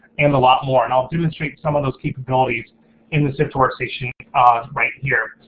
and a lot more. and i'll demonstrate some of those capabilities in the sift workstation right here.